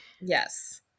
Yes